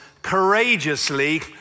courageously